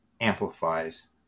amplifies